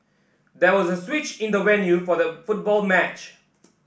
there was a switch in the venue for the football match